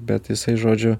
bet jisai žodžiu